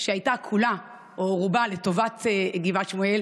שהייתה כולה או רובה לטובת גבעת שמואל,